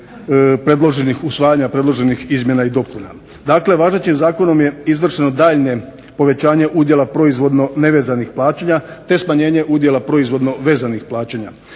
i nakon usvajanja predloženih izmjena i dopuna. Dakle, važećim zakonom je izvršeno daljnje povećanje udjela proizvodno nevezanih plaćanja te smanjenje udjela proizvodno vezanih plaćanja